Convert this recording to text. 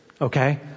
Okay